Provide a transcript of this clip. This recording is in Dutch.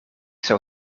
zou